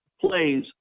plays